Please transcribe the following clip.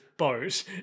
boat